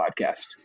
podcast